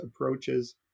approaches